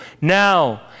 now